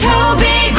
Toby